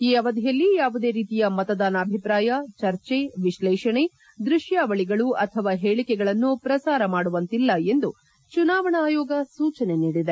ಈ ಅವಧಿಯಲ್ಲಿ ಯಾವುದೇ ರೀತಿಯ ಮತದಾನ ಅಭಿಪ್ರಾಯ ಚರ್ಚೆ ವಿಶ್ಲೇಷಣೆ ದೃಶ್ವಾವಳಿಗಳು ಅಥವಾ ಹೇಳಿಕೆಗಳನ್ನು ಪ್ರಸಾರ ಮಾಡುವಂತಿಲ್ಲ ಎಂದು ಚುನಾವಣಾ ಆಯೋಗ ಸೂಚನೆ ನೀಡಿದೆ